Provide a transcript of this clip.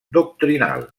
doctrinal